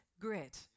grit